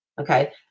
okay